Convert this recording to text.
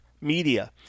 media